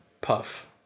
Puff